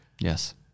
Yes